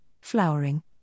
flowering